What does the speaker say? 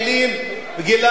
מגילת רות,